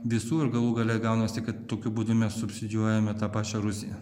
visų ir galų gale gaunasi kad tokiu būdu mes subsidijuojame tą pačią rusiją